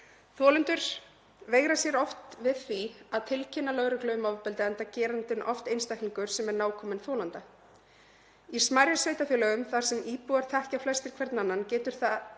Þolendur veigra sér oft við því að tilkynna lögreglu um ofbeldið enda gerandinn oft einstaklingur sem er nákominn þolanda. Í smærri sveitarfélögum þar sem íbúar þekkja flestir hver annan getur það